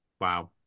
Wow